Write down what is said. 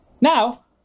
Now